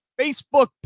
Facebook